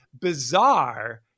bizarre